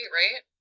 right